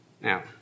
Now